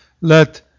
Let